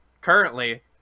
currently